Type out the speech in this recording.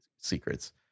secrets